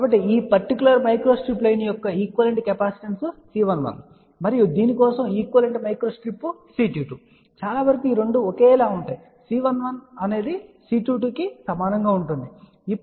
కాబట్టి ఈ particular microstrip line యొక్క ఈక్వలెంట్ కెపాసిటెన్స్ C11 అని చెప్పండి మరియు దీని కోసం ఈక్వలెంట్ మైక్రోస్ట్రిప్ C22 చాలావరకు ఈ రెండూ ఒకేలా ఉంటాయి C11 అనునది C22 కు సమానంగా ఉంటుందని చెప్పగలను